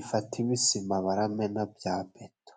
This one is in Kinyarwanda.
ifate ibisima baramena bya peto.